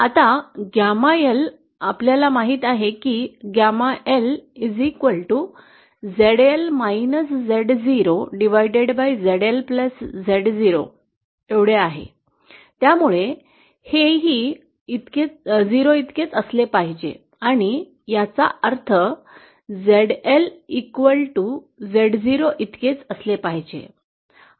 आता gamma L आपल्याला माहीत आहे की GAMA LZL Z0ZLZ0 समान आहे त्यामुळे हे ही 0 इतके असले पाहिजे आणि याचा अर्थ zL z0 इतकेच असले पाहिजे